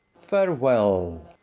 farewell.